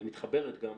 ומתחברת גם,